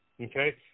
okay